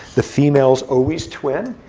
the females always twin.